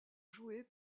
jouées